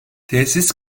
tesis